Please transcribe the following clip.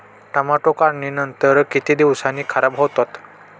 Tomato काढणीनंतर किती दिवसांनी खराब होतात?